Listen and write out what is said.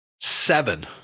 seven